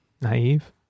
naive